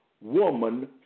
woman